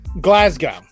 Glasgow